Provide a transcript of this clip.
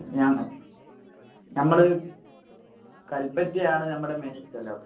ഞാൻ നമ്മൾ കൽപ്പറ്റയാണ് നമ്മുടെ മെയിൻ സ്ഥലം